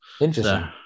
Interesting